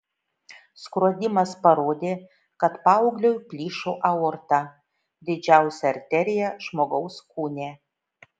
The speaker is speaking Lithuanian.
skrodimas parodė kad paaugliui plyšo aorta didžiausia arterija žmogaus kūne